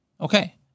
Okay